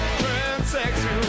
transsexual